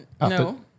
No